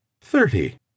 Thirty